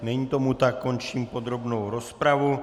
Není tomu tak, končím podrobnou rozpravu.